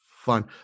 fun